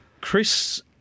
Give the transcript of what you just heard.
Chris